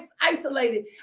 isolated